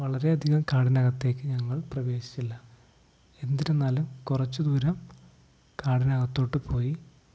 വളരെയധികം കാടിനകത്തേക്കു ഞങ്ങൾ പ്രവേശിച്ചില്ല എന്തിരുന്നാലും കുറച്ചു ദൂരം കാടിനകത്തോട്ടു പോയി